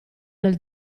nel